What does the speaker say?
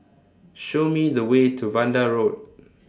Show Me The Way to Vanda Road